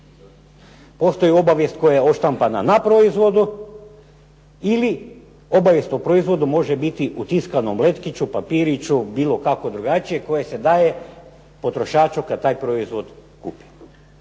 Postoji obavijest koja je odštampana na proizvodu ili obavijest o proizvodu može biti u tiskanom letkiću, papiriću, bilo kako drugačije koje se daje potrošaču kad taj proizvod kupi.